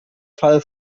fall